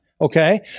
okay